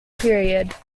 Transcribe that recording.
period